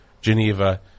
Geneva